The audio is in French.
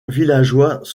villageois